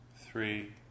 three